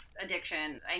addiction